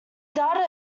data